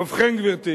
ובכן, גברתי,